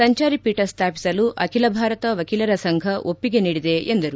ಸಂಚಾರಿ ಪೀಠ ಸ್ವಾಪಿಸಲು ಅಖಿಲಭಾರತ ವಕೀಲರ ಸಂಘ ಒಪ್ಪಿಗೆ ನೀಡಿದೆ ಎಂದರು